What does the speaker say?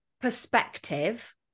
perspective